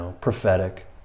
prophetic